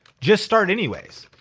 just start anyways.